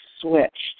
switched